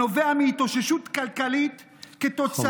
הנובע מהתאוששות כלכלית כתוצאה,